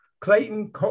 Clayton